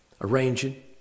arranging